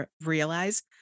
realize